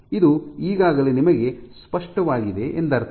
ಇದು ಈಗಾಗಲೇ ನಿಮಗೆ ಸ್ಪಷ್ಟವಾಗಿದೆ ಎಂದರ್ಥ